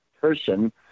person